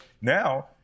now